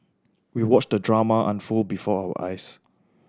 we watched the drama unfold before our eyes